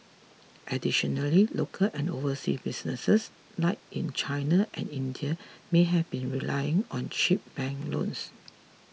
additionally local and overseas businesses like in China and India may have been relying on cheap bank loans